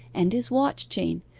and his watch-chain,